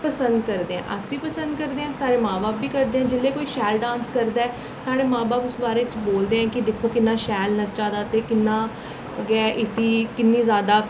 पसंद करदे ऐ अस बी पसंद करदे आं साढ़े मां बब्ब बी करदे जेल्लै कोई शैल डांस करदा ऐ साढ़े मां बब्ब उस बारे च बोलदे न कि दिक्खो किन्ना शैल नच्चै दा ते किन्ना गै इसी किन्ने जादा